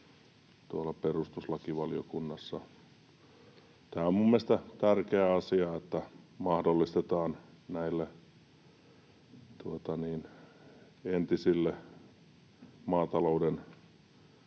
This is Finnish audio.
tuolla perustuslakivaliokunnassa. Tämä on minun mielestäni tärkeä asia, että mahdollistetaan näille entisille maatalouden